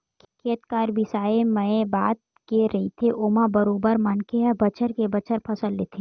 खेत खार बिसाए मए बात के रहिथे ओमा बरोबर मनखे ह बछर के बछर फसल लेथे